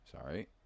Sorry